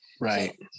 Right